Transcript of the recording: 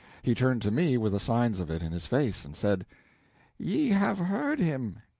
he turned to me with the signs of it in his face, and said ye have heard him.